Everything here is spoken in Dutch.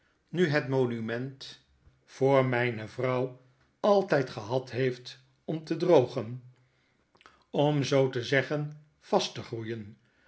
nu het monument voor mijne vrouw tijd gehad heeft om te drogen om zoo te zeggen vast te groeien